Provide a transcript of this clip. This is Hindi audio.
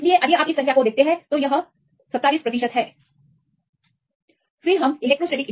इसलिए यदि आप ये संख्या देखते हैं यह 27 प्रतिशत है वह भी वाजिब है